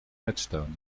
headstone